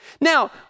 Now